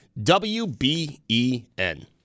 WBEN